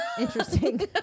interesting